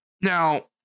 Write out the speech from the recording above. Now